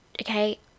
Okay